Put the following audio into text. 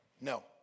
No